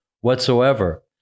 whatsoever